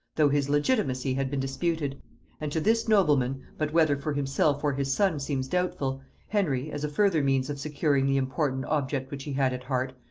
though his legitimacy had been disputed and to this nobleman but whether for himself or his son seems doubtful henry, as a further means of securing the important object which he had at heart,